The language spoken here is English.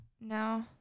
no